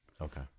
okay